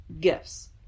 gifts